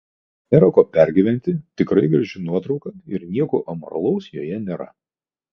nėra ko pergyventi tikrai graži nuotrauka ir nieko amoralaus joje nėra